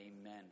Amen